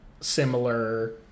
similar